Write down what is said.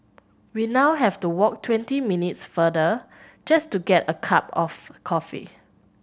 we now have to walk twenty minutes farther just to get a cup of coffee